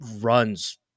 runs